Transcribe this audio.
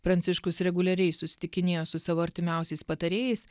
pranciškus reguliariai susitikinėjo su savo artimiausiais patarėjais